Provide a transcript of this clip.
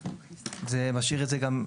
זה משאיר את זה גם,